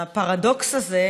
הפרדוקס הזה,